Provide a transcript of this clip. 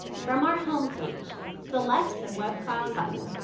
from our home page, select the webfile button.